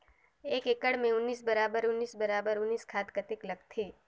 एक एकड़ मे उन्नीस बराबर उन्नीस बराबर उन्नीस खाद कतेक लगथे?